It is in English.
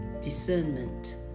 Discernment